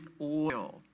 oil